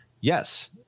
yes